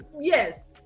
Yes